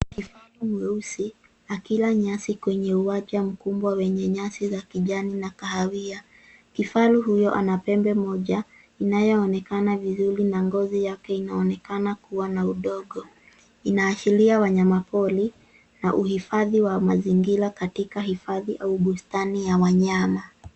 Kifaru mweusi akila nyasi kwenye uwanja mkubwa wenyenyasi za kijani na kahawia. Kifaru huyo ana pembe moja inayoonekana vizuri na ngozi yake inaonekana kuwa na udongo. Inaashiria wanyamapori na uhifadhi wa mazingira katika hifadhi au bustani ya wanyama.